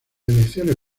elecciones